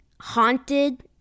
haunted